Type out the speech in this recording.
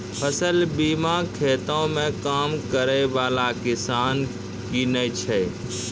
फसल बीमा खेतो मे काम करै बाला किसान किनै छै